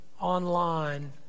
online